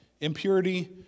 impurity